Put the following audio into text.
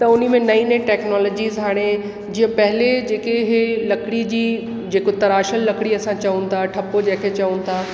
त हुन में नई नई टैक्नोलॉजीस हाणे जो पहले जेके इहे लकड़ी जी जेको तराशनि लकड़ी असां चऊं था ठपो जेके चऊं था